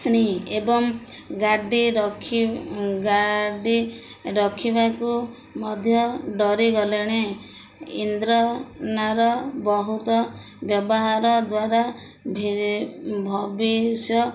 ଣି ଏବଂ ଗାଡ଼ି ର ଗାଡ଼ି ରଖିବାକୁ ମଧ୍ୟ ଡରିଗଲେଣି ଇନ୍ଦ୍ରନାର ବହୁତ ବ୍ୟବହାର ଦ୍ୱାରା ଭି ଭବିଷ୍ୟ